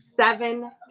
Seven